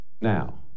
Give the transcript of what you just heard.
Now